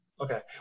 okay